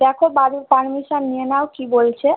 দেখো বাড়ির পারমিশান নিয়ে নাও কী বলছে